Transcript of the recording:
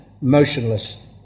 motionless